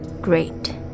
great